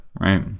right